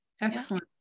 excellent